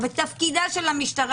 ותפקידה של המשטרה